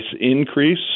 increase